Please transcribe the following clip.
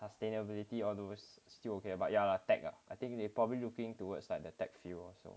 sustainability or those still okay but ya lah tech ah I think they probably looking towards like the tech field also